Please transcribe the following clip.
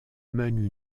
mènent